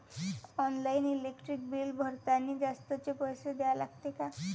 Online electric bill भरतानी जास्तचे पैसे द्या लागते का?